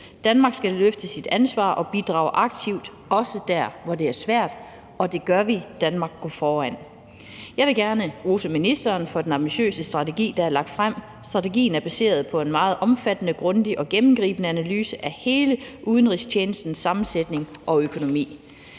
Danmark skal løfte sit ansvar og bidrage aktivt, også der, hvor det er svært, og det gør vi; Danmark går foran. Jeg vil gerne rose ministeren for den ambitiøse strategi, der er lagt frem. Strategien er baseret på en meget omfattende, grundig og gennemgribende analyse af hele udenrigstjenestens sammensætning og økonomi.